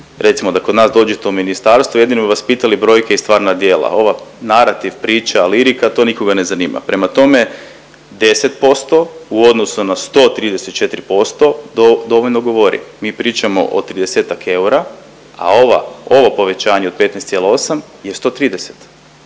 recimo da kod nas dođete u ministarstvo jedino bi vas pitali brojke i stvarna djela. Ova narativ, priča, lirika, to nikoga ne zanima. Prema tome 10% u odnosu na 134% to dovoljno govori. Mi pričamo o 30-ak eura, a ova, ovo povećanje od 15,8 je 130.